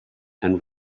and